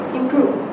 improve